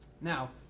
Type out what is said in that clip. Now